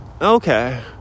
okay